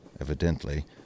Evidently